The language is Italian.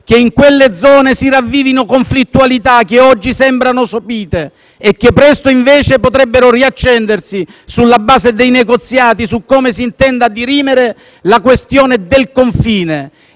che in quelle zone si ravvivino conflittualità che oggi sembrano sopite e che presto invece potrebbero riaccendersi, sulla base dei negoziati su come si intenda dirimere la questione del confine